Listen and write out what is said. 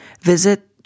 Visit